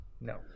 No